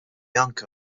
anke